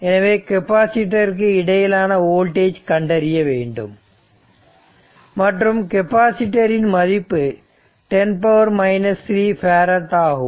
எனவே கெப்பாசிட்டர் இருக்கு இடையிலான வோல்டேஜ் கண்டறிய வேண்டும் மற்றும் கெபாசிட்டர் மதிப்பு 10 3 பேரட் ஆகும்